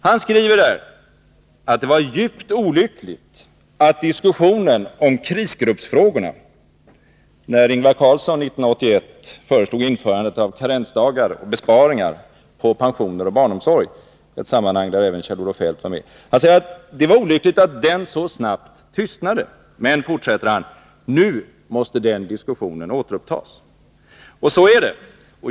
Han skriver att det var djupt olyckligt att diskussionen om krisgruppsfrågorna — när Ingvar Carlsson 1981 föreslog införandet av karensdagar och besparingar på pensioner och barnomsorg, och där även Kjell-Olof Feldt var med i sammanhanget — så snabbt tystnade. Men nu måste den diskussionen återupptas, fortsätter han. Och så är det.